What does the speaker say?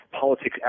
politics